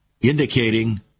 indicating